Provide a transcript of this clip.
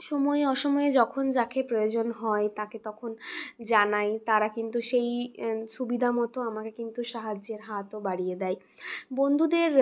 সময়ে অসময়ে যখন যাকে প্রয়োজন হয় তাকে তখন জানাই তারা কিন্তু সেই সুবিধামতো আমাকে কিন্তু সাহায্যের হাতও বাড়িয়ে দেয় বন্ধুদের